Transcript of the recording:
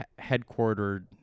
headquartered